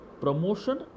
Promotion